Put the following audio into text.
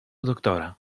doktora